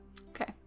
Okay